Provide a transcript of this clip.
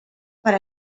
per